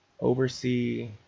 oversee